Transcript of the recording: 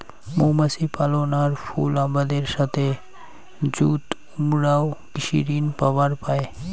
মৌমাছি পালন আর ফুল আবাদের সথে যুত উমরাও কৃষি ঋণ পাবার পায়